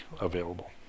available